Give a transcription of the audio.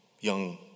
Young